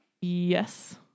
Yes